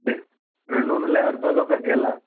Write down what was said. రె రెండు వందల యాభై రూపాయలు ఒక గెల